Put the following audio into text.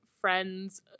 friend's